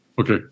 Okay